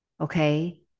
Okay